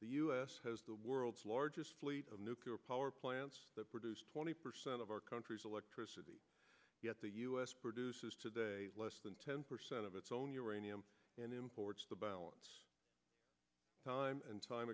the us has the world's largest fleet of nuclear power plants that produce twenty percent of our country's electricity yet the us produces today less than ten percent of its own uranium and imports the balance time and time